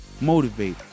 motivate